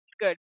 Good